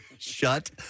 Shut